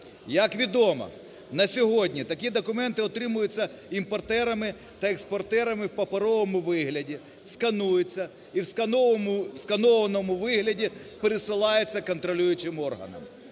Як відомо, на сьогодні такі документи отримуються імпортерами та експортерами в паперовому вигляді, скануються і в сканованому вигляді пересилається контролюючим органам.